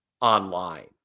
online